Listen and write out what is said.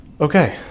Okay